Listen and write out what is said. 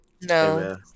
No